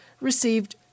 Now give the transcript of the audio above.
received